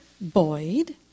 Boyd